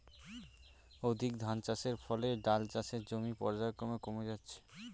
অধিক ধানচাষের ফলে ডাল চাষের জমি পর্যায়ক্রমে কমে যাচ্ছে